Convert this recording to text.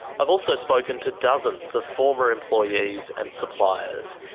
i've also spoken to dozens of former employees and suppliers.